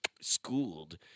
schooled